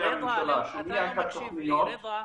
רדא,